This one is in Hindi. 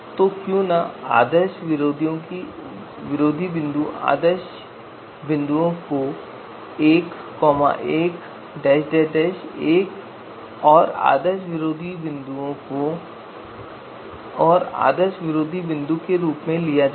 तो क्यों न आदर्श बिंदुओं को 1 11 और आदर्श विरोधी बिंदु के रूप में लिया जाए